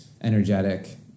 energetic